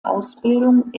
ausbildung